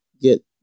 get